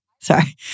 Sorry